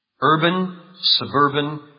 urban-suburban